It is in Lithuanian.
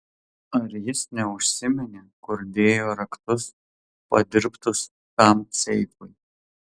ar jis neužsiminė kur dėjo raktus padirbtus tam seifui